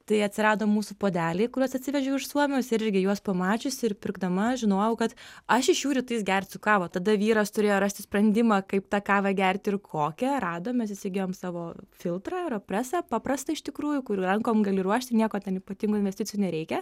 tai atsirado mūsų puodeliai kuriuos atsivežiau iš suomijos irgi juos pamačiusi ir pirkdama žinojau kad aš iš jų rytais gersiu kavą tada vyras turėjo rasti sprendimą kaip tą kavą gerti ir kokią radom mes įsigijom savo filtrą ir aeropresą paprastą iš tikrųjų kur ir rankom gali ruošti nieko ten ypatingų investicijų nereikia